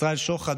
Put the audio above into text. ישראל שוחט,